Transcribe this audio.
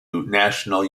national